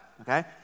okay